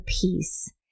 peace